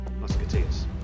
musketeers